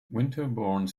winterbourne